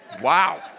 Wow